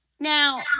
Now